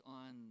on